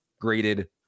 graded